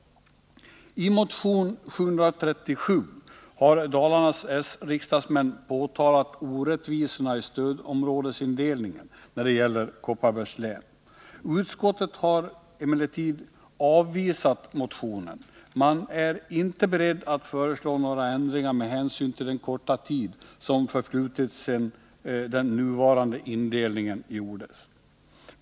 I motion 737 har Dalarnas s-riksdagsmän påtalat orättvisorna i stödområdesindelningen när det gäller Kopparbergs län. Utskottet har emellertid avvisat motionen. Man är inte beredd att föreslå några ändringar med hänsyn tillden korta tid som förflutit sedan den nuvarande indelningen gjordes.